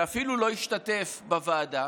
שאפילו לא השתתף בוועדה,